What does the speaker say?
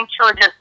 children